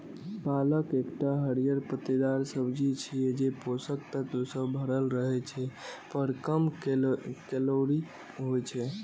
पालक एकटा हरियर पत्तेदार सब्जी छियै, जे पोषक तत्व सं भरल रहै छै, पर कम कैलोरी होइ छै